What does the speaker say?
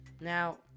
now